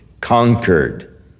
conquered